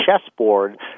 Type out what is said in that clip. chessboard